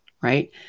Right